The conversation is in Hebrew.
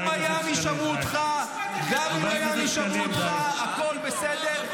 -- גם במיאמי שמעו אותך, הכול בסדר.